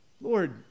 Lord